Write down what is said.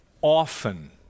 often